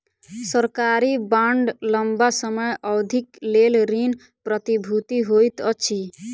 सरकारी बांड लम्बा समय अवधिक लेल ऋण प्रतिभूति होइत अछि